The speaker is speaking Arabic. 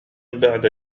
بعد